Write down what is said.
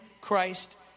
Christ